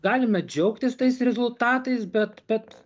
galime džiaugtis tais rezultatais bet bet